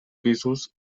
pisos